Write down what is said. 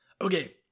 Okay